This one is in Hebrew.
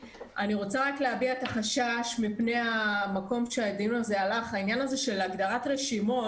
אני יזמתי הפגנה ביום ראשון